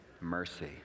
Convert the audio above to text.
Mercy